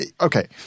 Okay